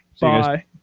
bye